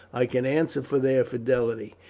i can answer for their fidelity,